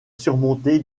surmonté